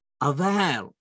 aware